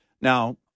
Now